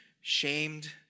shamed